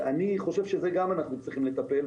אני חושב שגם בזה אנחנו צריכים לטפל.